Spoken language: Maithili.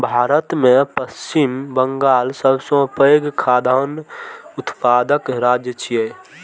भारत मे पश्चिम बंगाल सबसं पैघ खाद्यान्न उत्पादक राज्य छियै